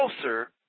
closer